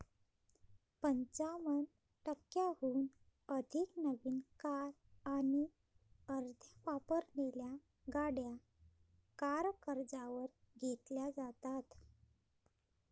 पंचावन्न टक्क्यांहून अधिक नवीन कार आणि अर्ध्या वापरलेल्या गाड्या कार कर्जावर घेतल्या जातात